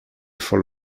for